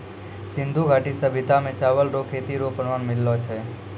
सिन्धु घाटी सभ्यता मे चावल रो खेती रो प्रमाण मिललो छै